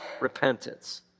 repentance